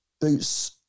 boots